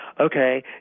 okay